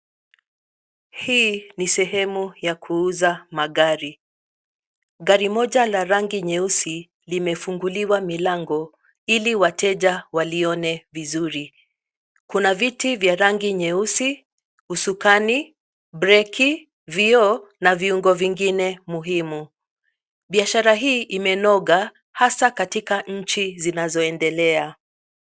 Hii ni sehemu ya kuuza magari. Gari moja la rangi nyeusi limefunguliwa milango ili wateja walione vizuri. Kuna viti vya rangi nyeusi, usukani, breki, vio, na viyungo vingine muhimu. Biashara hii imenoga hasa katika nchi zinazoendelea.